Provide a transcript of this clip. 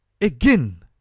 Again